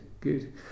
good